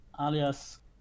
alias